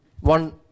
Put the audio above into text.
one